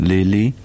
Lily